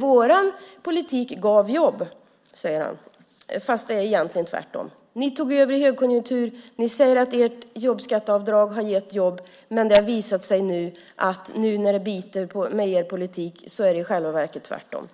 Vår politik gav jobb, säger han. Det är egentligen tvärtom. Ni tog över i en högkonjunktur. Ni säger att ert jobbskatteavdrag har gett jobb. Det har visat sig att nu när er politik biter är det i själva verket tvärtom.